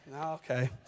Okay